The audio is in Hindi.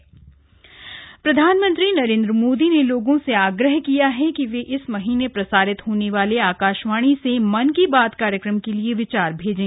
पीएम आग्रह प्रधानमंत्री नरेन्द्र मोदी ने लोगों से आग्रह किया है कि वे इस महीने प्रसारित होने वाले आकाशवाणी से मन की बात कार्यक्रम के लिए विचार भेजें